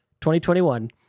2021